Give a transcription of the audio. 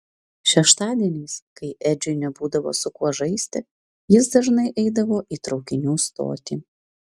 šeštadieniais kai edžiui nebūdavo su kuo žaisti jis dažnai eidavo į traukinių stotį